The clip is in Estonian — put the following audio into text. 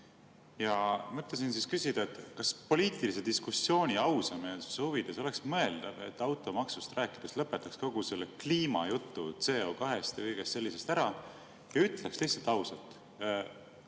ja mõtlesin küsida, et kas poliitilise diskussiooni ausameelsuse huvides oleks mõeldav, et automaksust rääkides lõpetaks kogu selle kliimajutu CO2‑st ja kõigest sellisest ära ja ütleks lihtsalt ausalt: